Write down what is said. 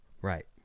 Right